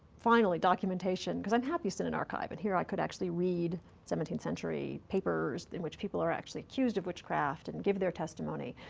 finally, documentation, because i'm happiest in an archive, and here i could actually read seventeenth century papers in which people are actually accused of witchcraft and give their testimony.